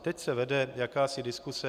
Teď se vede jakási diskuse.